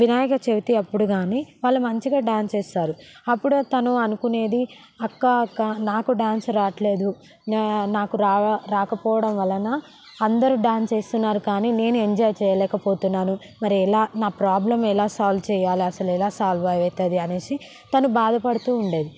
వినాయక చవితి అప్పుడు కాని వాళ్ళ మంచిగా డ్యాన్స్ చేస్తారు అప్పుడు తను అనుకునేది అక్క అక్క నాకు డ్యాన్స్ రావట్లేదు నాకు రాకపోవడం వలన అందరూ డ్యాన్స్ చేస్తున్నారు కానీ నేను ఎంజాయ్ చేయలేకపోతున్నాను మరి ఎలా నా ప్రాబ్లం ఎలా సాల్వ్ చేయాలో అసలు ఎలా సాల్వ్ అవుతుంది అనేసి తను బాధపడుతూ ఉండేది